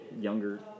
younger